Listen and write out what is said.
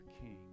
King